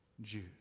Jews